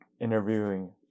interviewing